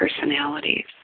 personalities